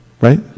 Right